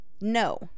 No